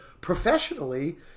professionally